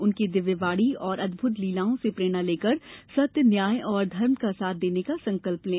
उनकी दिव्य वाणी और अद्भुत लीलाओं से प्रेरणा लेकर सत्य न्याय और धर्म का साथ देने का संकल्प लें